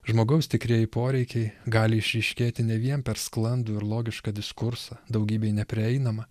žmogaus tikrieji poreikiai gali išryškėti ne vien per sklandų ir logišką diskursą daugybei neprieinamą